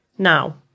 Now